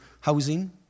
housing